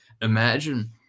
Imagine